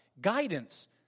Guidance